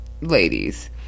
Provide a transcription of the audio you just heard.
ladies